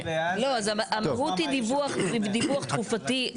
המהות היא דיווח תקופתי.